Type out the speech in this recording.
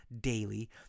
daily